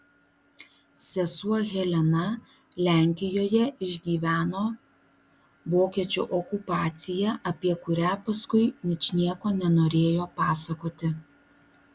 sesuo helena lenkijoje išgyveno vokiečių okupaciją apie kurią paskui ničnieko nenorėjo pasakoti